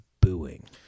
booing